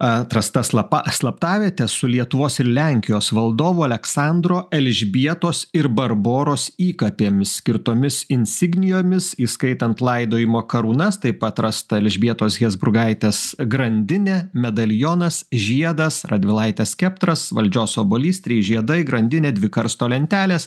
atrasta slapa slaptavietė su lietuvos ir lenkijos valdovų aleksandro elžbietos ir barboros įkapėmis skirtomis insignijomis įskaitant laidojimo karūnas taip pat rasta elžbietos hesburgaitės grandinė medalionas žiedas radvilaitės skeptras valdžios obuolys trys žiedai grandinė dvi karsto lentelės